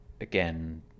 again